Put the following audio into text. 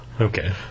Okay